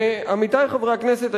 ועמיתי חברי הכנסת,